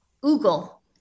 Google